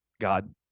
God